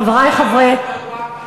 חברי חברי,